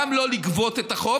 גם לא לגבות את החוב,